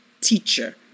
teacher